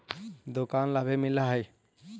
दुकान ला भी मिलहै?